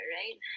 right